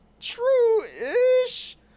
True-ish